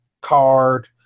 card